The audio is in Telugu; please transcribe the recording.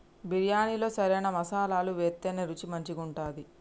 బిర్యాణిలో సరైన మసాలాలు వేత్తేనే రుచి మంచిగుంటది